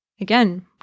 Again